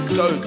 go